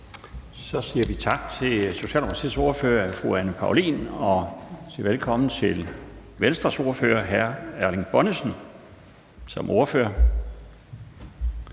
Så siger vi tak til Socialdemokratiets ordfører, fru Anne Paulin. Og så siger vi velkommen til Venstres ordfører, hr. Erling Bonnesen. Værsgo.